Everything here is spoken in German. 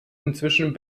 inzwischen